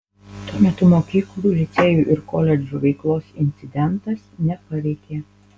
tuo metu mokyklų licėjų ir koledžų veiklos incidentas nepaveikė